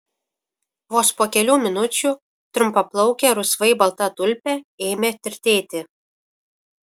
vos po kelių minučių trumpaplaukė rusvai balta tulpė ėmė tirtėti